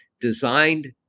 designed